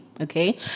Okay